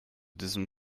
diesem